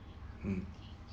mm